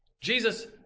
Jesus